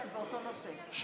שהן באותו נושא.